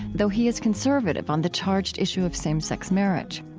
though he is conservative on the charged issue of same-sex marriage.